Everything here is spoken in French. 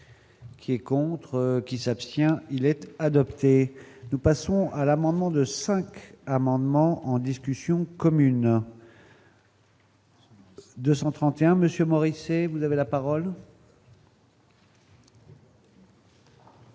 Qui est contre qui s'abstient-il être adopté, nous passons à l'amendement de 5 amendements en discussion commune. 231 monsieur Maurice et vous avez la parole.